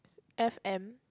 F M